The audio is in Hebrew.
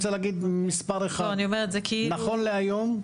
נכון להיום,